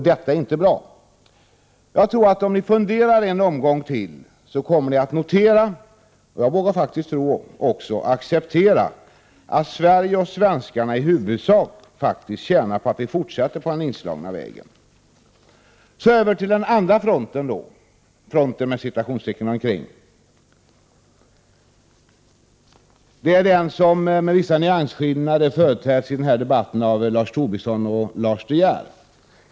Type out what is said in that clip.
Detta är inte bra. Jag tror att om ni funderar en omgång till kommer ni att notera, och jag tror också acceptera, att Sverige och svenskarna i huvudsak tjänar på att vi fortsätter på den inslagna vägen. Så över till den andra ”fronten”, alltså den som, med vissa nyansskillnader, företräds i den här debatten av Lars Tobisson och Lars De Geer.